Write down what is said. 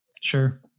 Sure